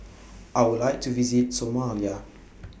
I Would like to visit Somalia